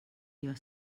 your